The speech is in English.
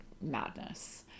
madness